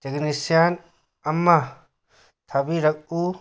technician ꯑꯃ ꯊꯥꯕꯤꯔꯛꯎ